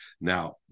Now